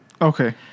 Okay